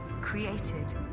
created